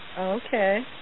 Okay